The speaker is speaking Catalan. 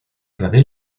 rebé